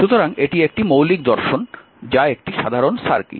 সুতরাং এটি একটি মৌলিক দর্শন যা একটি সাধারণ সার্কিট